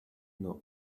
know